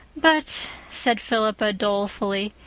but, said philippa dolefully,